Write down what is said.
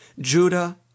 Judah